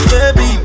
Baby